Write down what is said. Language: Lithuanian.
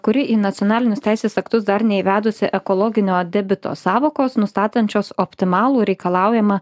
kuri į nacionalinius teisės aktus dar neįvedusi ekologinio debito sąvokos nustatančios optimalų reikalaujamą